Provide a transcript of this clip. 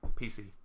PC